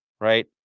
right